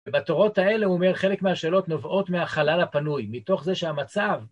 ובתורות האלה אומר חלק מהשאלות נובעות מהחלל הפנוי, מתוך זה שהמצב...